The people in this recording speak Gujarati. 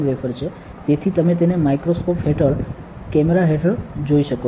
તેથી તમે તેને માઇક્રોસ્કોપ હેઠળ કેમેરા હેઠળ જોઈ શકો છો